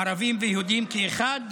ערבים ויהודים כאחד,